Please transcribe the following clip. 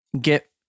get